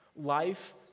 Life